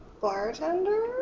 bartender